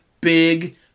big